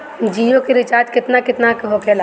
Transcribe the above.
जियो के रिचार्ज केतना केतना के होखे ला?